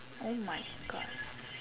oh my God